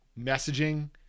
messaging